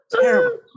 Terrible